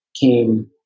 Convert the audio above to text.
came